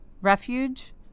Refuge